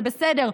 זה בסדר,